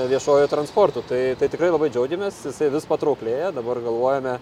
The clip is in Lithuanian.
viešuoju transportu tai tai tikrai labai džiaugiamės jisai vis patrauklėja dabar galvojame